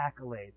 accolades